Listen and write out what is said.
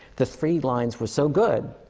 the three lines were so good,